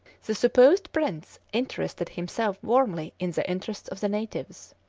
the supposed prince interested himself warmly in the interests of the natives.